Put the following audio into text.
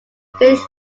finish